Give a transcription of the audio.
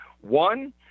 one